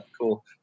cool